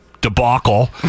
debacle